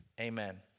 amen